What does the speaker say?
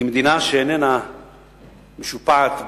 כי מדינה שאיננה משופעת באמצעים,